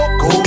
go